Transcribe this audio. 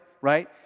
right